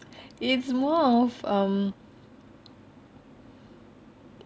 it's more of um